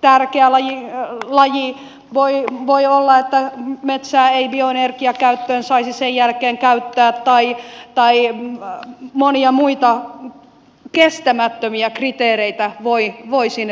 tärkeä laji voi olla että metsää ei bioenergiakäyttöön saisi sen jälkeen käyttää tai monia muita kestämättömiä kriteereitä voi sinne tulla